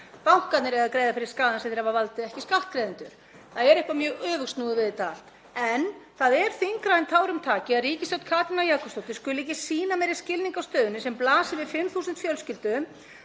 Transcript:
Bankarnir eiga að greiða fyrir skaðann sem þeir hafa valdið, ekki skattgreiðendur. Það er eitthvað mjög öfugsnúið við þetta allt. En það er þyngra en tárum taki að ríkisstjórn Katrínar Jakobsdóttur skuli ekki sýna meiri skilning á stöðunni sem blasir við 5.000 fjölskyldum